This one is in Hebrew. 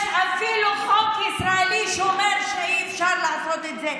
יש אפילו חוק ישראלי שאומר שאי-אפשר לעשות את זה.